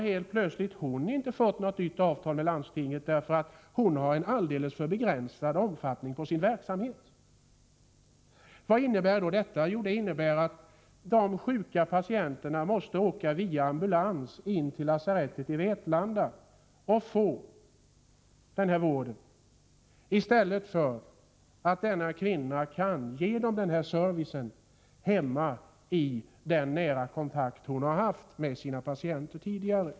Helt plötsligt får hon dock inte något nytt avtal med landstinget, därför att hennes verksamhet är av alldeles för begränsad omfattning. Vad innebär då detta? Jo, det innebär att de sjuka patienterna måste åka med ambulans in till lasarettet i Vetlanda för att där få den vård de behöver. Men den vården hade de ju kunnat få hemma av den kvinnliga sjukgymnasten och samma nära kontakt som tidigare.